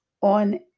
on